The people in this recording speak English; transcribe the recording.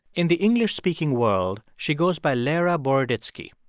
in the english-speaking world, she goes by lera boroditsky.